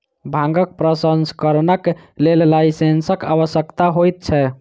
भांगक प्रसंस्करणक लेल लाइसेंसक आवश्यकता होइत छै